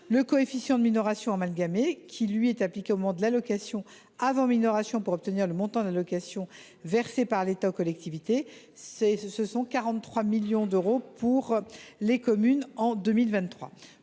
Le coefficient de minoration amalgamé est appliqué au montant de l’allocation avant minoration pour obtenir le montant de l’allocation versée par l’État aux collectivités. Il s’est élevé à 43 millions d’euros pour les communes en 2023.